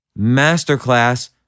masterclass